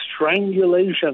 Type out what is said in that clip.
strangulation